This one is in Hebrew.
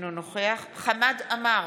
אינו נוכח חמד עמאר,